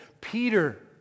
Peter